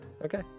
Okay